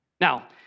Now